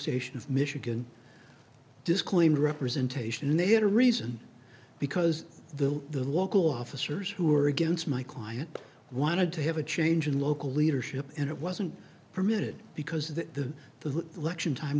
association of michigan disclaimed representation and they had a reason because the local officers who are against my client wanted to have a change in local leadership and it wasn't permitted because the the election time